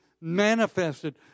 manifested